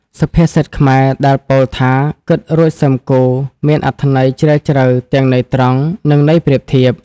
សុភាសិតខ្មែរដែលពោលថា «គិតរួចសឹមគូរ» មានអត្ថន័យជ្រាលជ្រៅទាំងន័យត្រង់និងន័យប្រៀបធៀប។